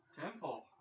Temple